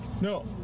No